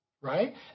right